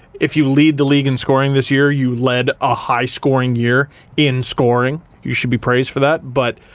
if you lead the league in scoring this year you led a high-scoring year in scoring. you should be praised for that but,